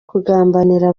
kugambanira